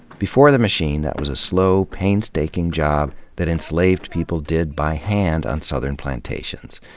before the machine, that was a slow, painstaking job that enslaved people did by hand on southern plantations.